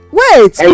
wait